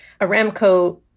Aramco